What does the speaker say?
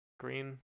Green